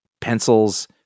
pencils